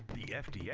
the fda, yeah